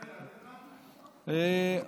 ארבל, להביא לך?